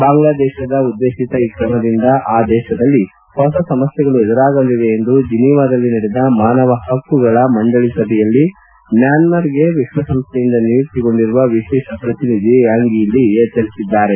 ಬಾಂಗ್ಲಾದೇಶದ ಉದ್ಲೇಶಿತ ಈ ಕ್ರಮದಿಂದ ಆ ದೇಶದಲ್ಲಿ ಹೊಸ ಸಮಸ್ನೆಗಳು ಎದುರಾಗಲಿವೆ ಎಂದು ಜೀನಿವಾದಲ್ಲಿ ನಡೆದ ಮಾನವ ಹಕ್ಕುಗಳ ಮಂಡಳಿ ಸಭೆಯಲ್ಲಿ ಮ್ಲಾನ್ನಾರ್ಗೆ ವಿಶ್ವಸಂಸ್ನೆಯಿಂದ ನಿಯುಕ್ತಿಗೊಂಡಿರುವ ವಿಶೇಷ ಪ್ರತಿನಿಧಿ ಯಾಂಭಿ ಲೀ ಎಚ್ಚರಿಸಿದ್ದಾರೆ